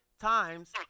times